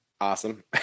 awesome